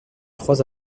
trois